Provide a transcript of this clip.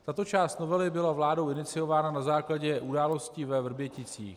Tato část novely byla vládou iniciována na základě událostí ve Vrběticích.